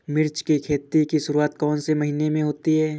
मिर्च की खेती की शुरूआत कौन से महीने में होती है?